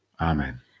Amen